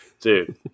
Dude